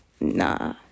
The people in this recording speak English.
nah